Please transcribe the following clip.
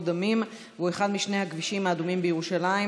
דמים והוא אחד משני הכבישים האדומים בירושלים,